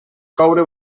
coure